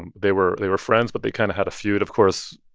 and they were they were friends, but they kind of had a feud. of course,